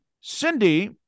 Cindy